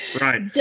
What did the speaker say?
Right